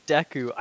Deku